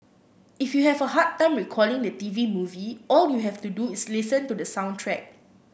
if you have a hard time recalling the T V movie all you have to do is listen to the soundtrack